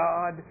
God